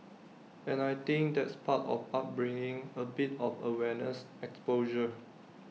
and I think that's part of upbringing A bit of awareness exposure